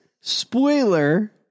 spoiler